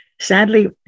Sadly